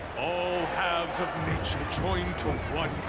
all halves of nature join to one